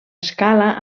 escala